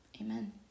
amen